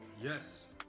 Yes